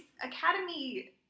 academy